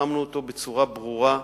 שמנו אותו בצורה ברורה,